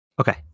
okay